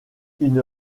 une